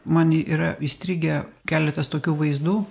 man yra įstrigę keletas tokių vaizdų